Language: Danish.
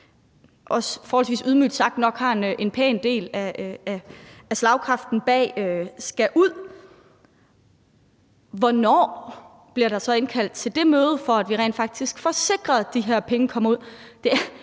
forholdsvis ydmygt sagt nok er en pæn del af slagkraften bag, skal ud. Hvornår bliver der så indkaldt til det møde, for at vi rent faktisk får sikret, at de her penge kommer ud?